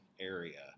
area